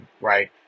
right